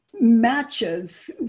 matches